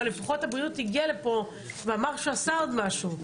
אבל לפחות הבריאות הגיע לפה ואמר שעשה עוד משהו.